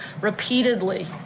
Repeatedly